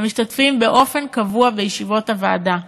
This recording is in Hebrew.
המשתתפים באופן קבוע בישיבות הוועדה,